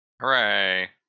Hooray